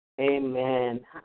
Amen